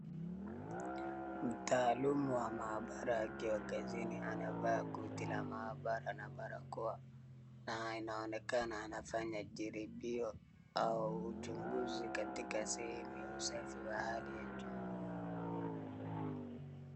Mtaalumu wa maabara akiwa kazini anavaa koti la maabara na barakoa na inaonekana anafanya jaribio au uchunguzi katika sehemu ya usafi wa hali ya juu.